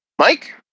Mike